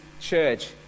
church